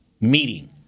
meeting